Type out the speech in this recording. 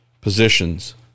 positions